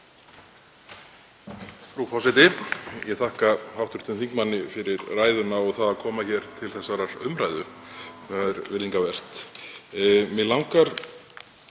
Frú forseti. Ég þakka hv. þingmanni fyrir ræðuna og að koma hér til þessarar umræðu.